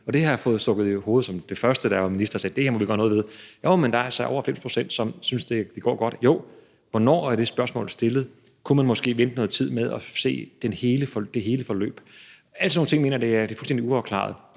var det første, jeg fik stukket i hovedet som minister, da man sagde, at det måtte jeg gøre noget ved. Jo, men der er altså over 90 pct., som synes, det går godt. Hvornår er det spørgsmål stillet? Kunne man måske vente noget tid og se på hele forløbet? Alle sådanne ting mener jeg er fuldstændig uafklaret,